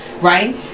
Right